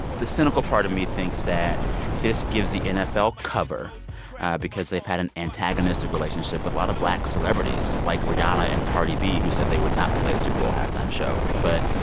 the cynical part of me thinks that this gives the nfl cover because they've had an antagonistic relationship with a lot of black celebrities, like rihanna and cardi b, who said they would not play the super bowl halftime show. but